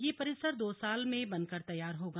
यह परिसर दो साल में बनकर तैयार होगा